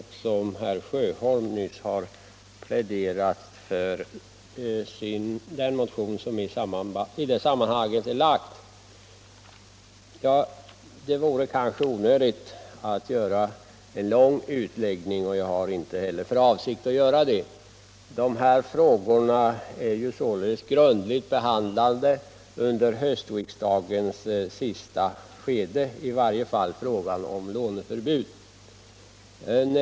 Herr Sjöholm har nyss pläderat för den motion som har väckts i sistnämnda fråga. Det är kanske onödigt att göra en lång utläggning, och jag har inte heller för avsikt att göra det. Dessa frågor är som nämnts grundligt behandlade under höstriksdagens sista skede, i varje fall frågan om låneförbud.